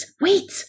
wait